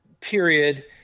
period